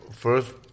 First